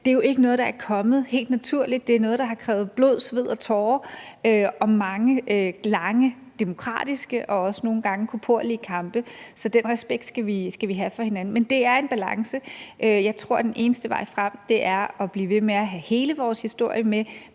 i dag, ikke er noget, der er kommet helt naturligt. Det er noget, der har krævet blod, sved og tårer og mange lange demokratiske og også nogle gange korporlige kampe. Så den respekt skal vi have for hinanden. Men det er en balance, og jeg tror, at den eneste vej frem er at blive ved med at have hele vores historie med,